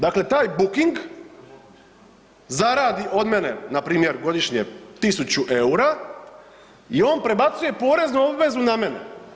Dakle taj Booking zaradi od mene npr. godišnje tisuću eura i on prebacuje poreznu obvezu na mene.